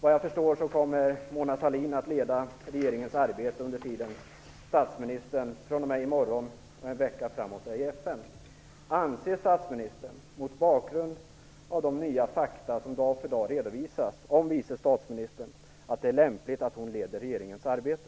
Vad jag förstår kommer Mona Sahlin att leda regeringens arbete under den tid då statsministern fr.o.m. i morgon och en vecka framåt är i FN. Anser statsministern mot bakgrund av de nya fakta som dag för dag redovisas om vice statsministern att det är lämpligt att hon leder regeringens arbete?